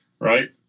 right